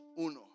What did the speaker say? uno